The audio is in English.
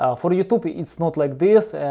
ah for youtube, it's not like this.